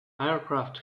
aircraft